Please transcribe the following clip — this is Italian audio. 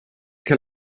che